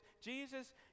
Jesus